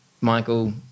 Michael